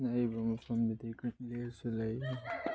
ꯂꯩ